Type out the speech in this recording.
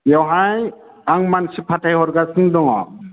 बेवहाय आं मानसि फाथाय हरगासिनो दङ